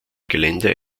gelände